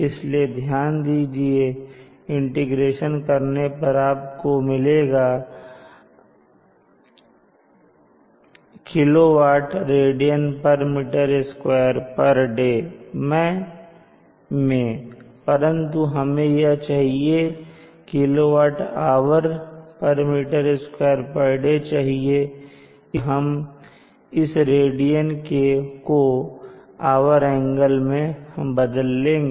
इसलिए ध्यान दीजिए इंटीग्रेशन करने पर आपको मिलेगा kWradm2 day मैं परंतु हमें यह kWhm2 day चाहिए इसलिए हम इस रेडियन को आवर मैं बदल लेंगे